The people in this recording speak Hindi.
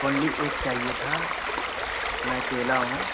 वनली एक चाहिए था मैं अकेला हूँ